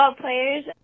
players